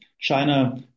China